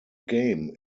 game